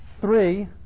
three